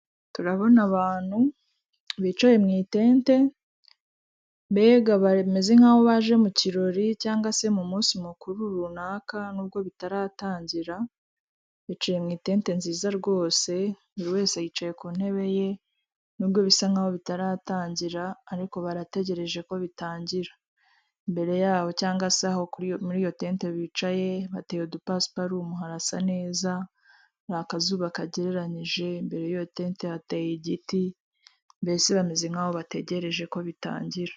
Turabona abantu bicaye mu itente mbega bameze nk'aho baje mu kirori cyangwa se mu munsi mukuru runaka, n'ubwo bitaratangira bicaye mu itente nziza rwose. Buri wese yicaye ku ntebe ye n'ubwo bisa nk'aho bitaratangira ariko baratagereje ko bitangira. Imbere yaho cyangwa se aho muri iyo tente bicaye hateye udupasiparumu dusa neza, hari akazuba kagereranije, imbere y'iyo tente hateye igiti, mbese bameze nk'aho bategereje ko bitangira.